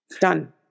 Done